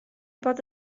bod